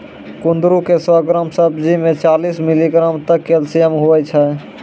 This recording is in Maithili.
कुंदरू के सौ ग्राम सब्जी मे चालीस मिलीग्राम तक कैल्शियम हुवै छै